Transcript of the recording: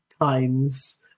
times